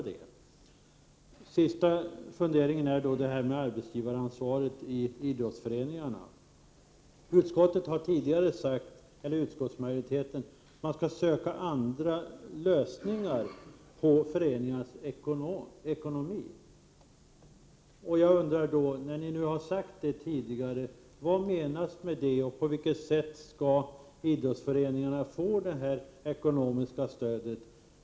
Den sista funderingen gäller arbetsgivaransvaret i idrottsföreningarna. Utskottsmajoriteten har tidigare sagt att man skall söka andra lösningar beträffande föreningarnas ekonomi. Vad menas med det? På vilket sätt skall idrottsföreningarna få detta ekonomiska stöd?